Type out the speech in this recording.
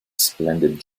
splendid